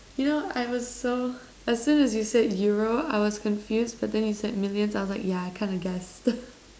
you know I was so as soon as you said euro I was confused but then you said millions I was like yeah I kinda guessed